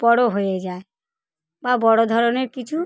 বড়ো হয়ে যায় বা বড়ো ধরনের কিছু